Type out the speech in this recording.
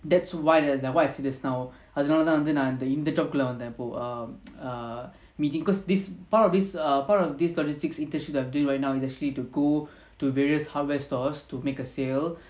that's why like what I said just now அதனாலதான்நான்வந்துஇந்த:adhanalathan nan vandhu indha job குள்ளவந்தேன்இப்போ:kulla vandhen ipo err meeting cause this part of this err part of this internship that I'm doing right now is actually to go to various hardware stores to make a sale